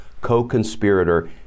co-conspirator